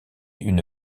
une